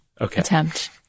attempt